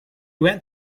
went